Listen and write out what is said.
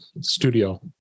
studio